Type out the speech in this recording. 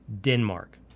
Denmark